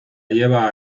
lleva